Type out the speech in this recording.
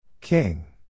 King